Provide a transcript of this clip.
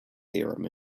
theorem